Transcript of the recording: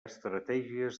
estratègies